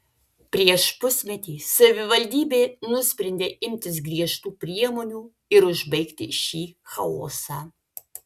prieš pusmetį savivaldybė nusprendė imtis griežtų priemonių ir užbaigti šį chaosą